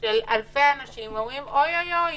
של אלפי אנשים ואומרים, "אוי, אוי אוי".